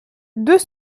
deux